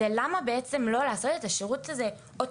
זה למה בעצם לא לעשות את השירות הזה אוטומטי?